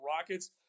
Rockets